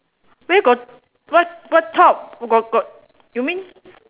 where got what what top got got you mean